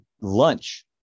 lunch